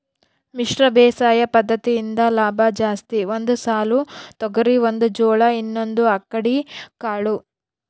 ಮಿಶ್ರ ಬೇಸಾಯ ಪದ್ದತಿಯಿಂದ ಲಾಭ ಜಾಸ್ತಿ ಒಂದು ಸಾಲು ತೊಗರಿ ಒಂದು ಜೋಳ ಇನ್ನೊಂದು ಅಕ್ಕಡಿ ಕಾಳು